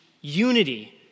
unity